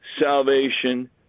salvation